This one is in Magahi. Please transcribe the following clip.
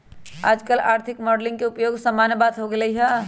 याजकाल आर्थिक मॉडलिंग के उपयोग सामान्य बात हो गेल हइ